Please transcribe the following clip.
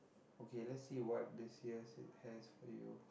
okay lets see what this year has for you